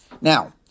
Now